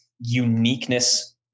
uniqueness